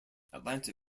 atlanta